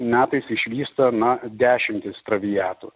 metais išvysta na dešimtys traviatų